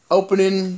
opening